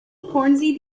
hornsey